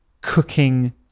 cooking